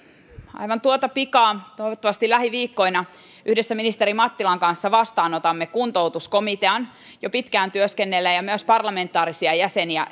aivan tuota pikaa toivottavasti lähiviikkoina yhdessä ministeri mattilan kanssa vastaanotamme kuntoutuskomitean jo pitkään työskennelleen ja myös parlamentaarisia jäseniä